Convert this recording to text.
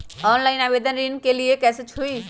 Online आवेदन ऋन के लिए कैसे हुई?